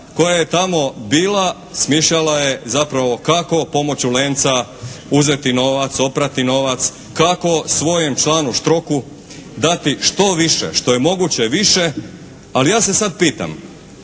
koja je tamo bila smišljala je zapravo kako pomoću "Lenca" uzeti novac, oprati novac, kako svojem članu Štroku dati što više, što je moguće više. Ali ja se sad pitam.